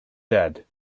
dead